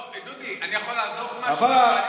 דודי, אני יכול לעזור במשהו?